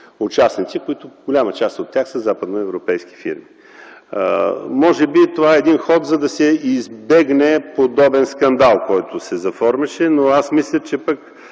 фирми-участници, които в голяма част от тях са западноевропейски фирми? Може би, това е един ход, за да се избегне подобен скандал, който се заформяше, но аз мисля, че